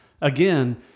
again